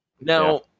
Now